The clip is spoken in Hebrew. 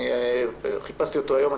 אני חיפשתי אותו היום,